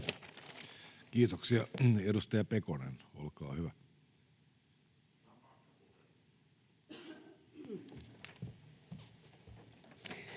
Kiitoksia. — Edustaja Hoskonen, olkaa hyvä. [Speech